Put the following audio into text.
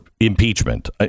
Impeachment